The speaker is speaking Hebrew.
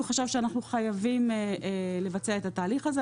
חשב שאנחנו חייבים לבצע את התהליך הזה,